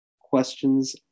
Questions